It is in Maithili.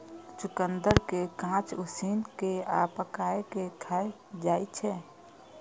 चुकंदर कें कांच, उसिन कें आ पकाय कें खाएल जाइ छै